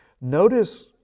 Notice